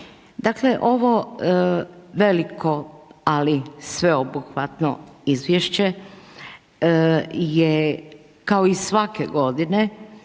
Dakle, ovo veliko, ali sveobuhvatno izvješće je kao i svake godine,